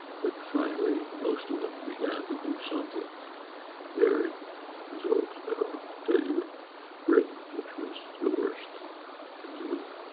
but finally most of them began to do something varied result. i don't want to tell you in britain, which was the worst in europe,